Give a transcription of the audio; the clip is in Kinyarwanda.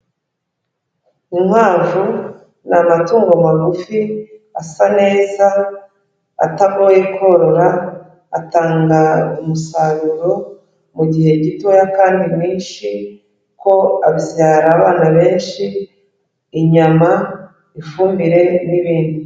Inkwavu ni amatungo magufi asa neza, atagoye korora, atanga umusaruro mu gihe gitoya kandi mwinshi, kuko abyara abana benshi, inyama, ifumbire n'ibindi.